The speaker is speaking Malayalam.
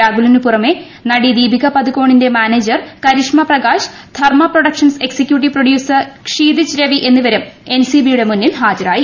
രാകുലിനു പുറമേ നടി ദീപിക പദുക്ക്ോണ്ണീഴ്ന്റ manager Karishma Prakash Dharma productions executive producer Kshitij Ravi എന്നിവരും എൻ സ്റ്റ്ഷിയുടെ മുന്നിൽ ഹാജരായി